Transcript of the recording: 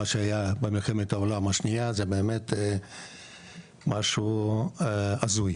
שהייתה במלחמת העולם השנייה זה באמת משהו הזוי.